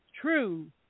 True